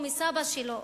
או מסבא שלו,